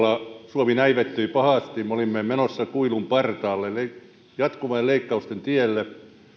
suomi näivettyi pahasti me olimme menossa kuilun partaalle jatkuvien leikkausten tielle